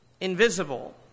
invisible